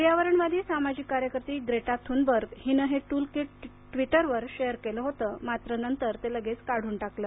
पर्यावरणवादी सामाजिक कार्यकर्ती ग्रेटा थुनबर्ग हिनं हे टूलकीट ट्विटरवर शेअर केलं होतं मात्र नंतर ते काढून टाकण्यात आलं